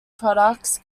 products